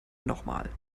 nochmal